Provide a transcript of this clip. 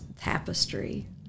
tapestry